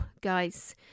guys